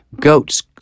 Goats